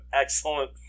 excellent